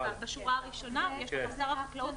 בשורה הראשונה: שר החקלאות,